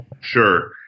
Sure